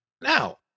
Now